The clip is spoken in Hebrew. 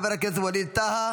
חבר הכנסת ווליד טאהא,